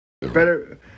Better